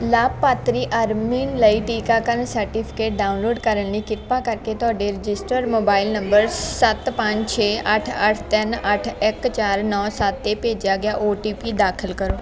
ਲਾਭਪਾਤਰੀ ਅਰਮਿਨ ਲਈ ਟੀਕਾਕਰਨ ਸਰਟੀਫਿਕੇਟ ਡਾਊਨਲੋਡ ਕਰਨ ਲਈ ਕਿਰਪਾ ਕਰਕੇ ਤੁਹਾਡੇ ਰਜਿਸਟਰਡ ਮੋਬਾਈਲ ਨੰਬਰ ਸੱਤ ਪੰਜ ਛੇ ਅੱਠ ਅੱਠ ਤਿੰਨ ਅੱਠ ਇੱਕ ਚਾਰ ਨੌਂ ਸੱਤ 'ਤੇ ਭੇਜਿਆ ਗਿਆ ਓ ਟੀ ਪੀ ਦਾਖਲ ਕਰੋ